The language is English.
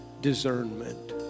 discernment